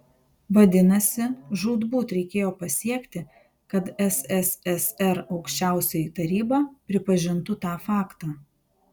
vadinasi žūtbūt reikėjo pasiekti kad sssr aukščiausioji taryba pripažintų tą faktą